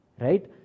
right